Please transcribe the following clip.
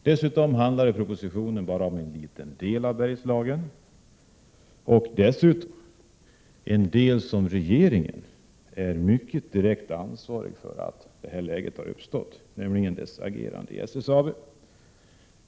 Dessutom handlar propositionen bara om en liten del av Bergslagen — där regeringen dessutom är direkt ansvarig för det läge som har uppstått, genom sitt agerande i SSAB.